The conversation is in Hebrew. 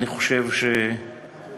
אני חושב שתמיד,